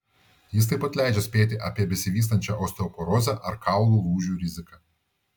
jis taip pat leidžia spėti apie besivystančią osteoporozę ar kaulų lūžių riziką